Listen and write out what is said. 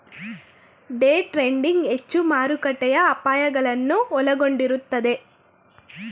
day trading ಹೆಚ್ಚು ಮಾರುಕಟ್ಟೆಯ ಅಪಾಯಗಳನ್ನು ಒಳಗೊಂಡಿರುತ್ತದೆ